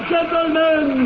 Gentlemen